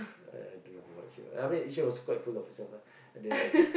I don't know what she uh I mean she was quite full of herself ah and then like uh